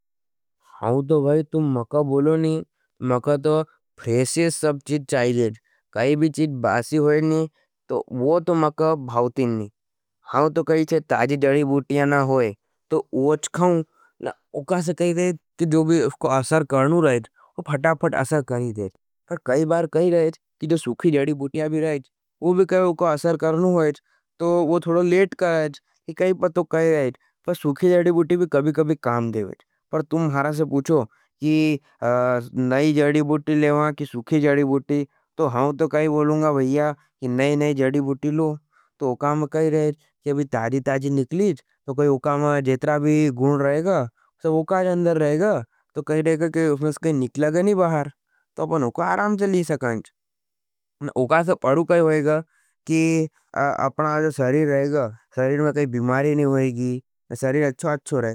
हाँ तो भाई तुम मकः बोलो नहीं, मकः तो फ्रेशी सब चीट चाहिएज, काई भी चीट बासी होई नहीं, तो वो तो मकः भावतिन नहीं। हाँ तो कही छे, ताज जड़ी बूटिया नहीं होई, तो वो चक्खाँ, उका से कही रहेज, कि जो भी उसको असर करनु रहेज। वो फटाफट असर करी रहेज, पर कई बार कही रहेज, कि जो सुखी जड़ी बूटिया भी रहेज। वो भी कही उका असर करनु होईज। तो वो थोड़ो लेट कर रहेज, एक कई पर तो कही रहेज। पर सुखी जड़ी बूटि भी कभी-ख़ धेवर कम देवेज पर तुम महरा से पुछो कि नहीं जड़ी बूटि लेवां, कि सुखी जड़ी बूटि, तो तो न तो कही बोलूँगा भया कि नम, नम जड़ी बुतिलों तो उकाम में कहे रहे। कि आब ही ताजी, ताजी निकलेग तो कही में जेत्रा भी गुण रहेग सब उकाष अंदर रहेग तो कही ते कही कहने गइ हुँनेस बहर तो पर उका आराम चली सकाँज उका से अरु काई होईगा। कि अपना अलो सरीड रहेगा सरीड में कई बिमारी नहीं होईगी सरीड अच्छो अच्छो रहेगा।